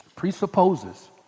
presupposes